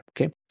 okay